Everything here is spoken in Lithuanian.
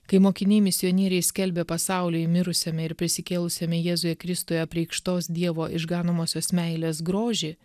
kai mokiniai misionieriai skelbė pasauliui mirusiame ir prisikėlusiame jėzuje kristuje apreikštos dievo išganomosios meilės grožį